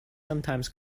sometimes